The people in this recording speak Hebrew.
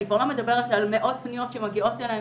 אני כבר לא מדברת על מאות פניות שמגיעות אלינו,